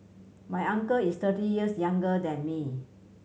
my uncle is thirty years younger than me